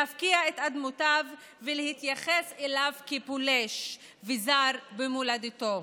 להפקיע את אדמותיו ולהתייחס אליו כפולש וזר במולדתו.